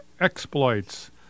exploits